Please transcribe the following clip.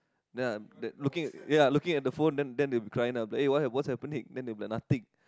ya ya looking at the phone then then then they will crying hey bro what's happening then they will be like nothing